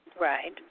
Right